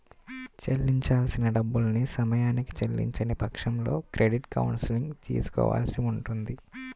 చెల్లించాల్సిన డబ్బుల్ని సమయానికి చెల్లించని పక్షంలో క్రెడిట్ కౌన్సిలింగ్ తీసుకోవాల్సి ఉంటది